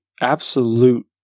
absolute